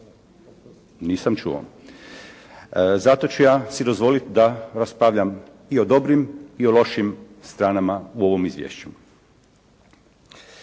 nisam čuo. Zato ću ja si dozvoliti da raspravljam i o dobrim i o lošim stranama u ovom izvješću.